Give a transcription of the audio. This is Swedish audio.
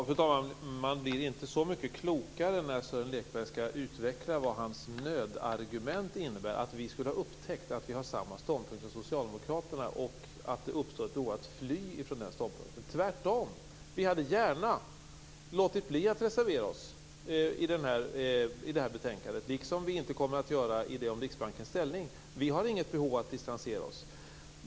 Fru talman! Vi blir inte så mycket klokare när Sören Lekberg utvecklar vad han menar med nödargument, dvs. att vi skulle ha upptäckt att vi intar samma ståndpunkt som Socialdemokraterna och att det uppstår ett behov av att få fly från den ståndpunkten. Tvärtom! Vi hade gärna låtit bli att reservera oss i betänkandet, liksom vi inte kommer att göra i betänkandet om Riksbankens ställning. Vi har inget behov av att distansera oss.